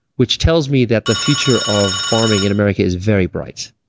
which tells me that the future of farming in america is very bright.